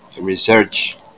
research